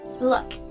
Look